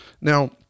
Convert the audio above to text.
Now